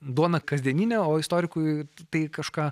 duona kasdieninė o istorikui tai kažką